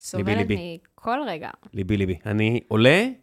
סובלת מכל רגע. ליבי, ליבי. אני עולה.